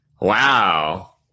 Wow